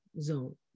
zone